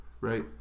right